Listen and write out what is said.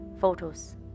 photos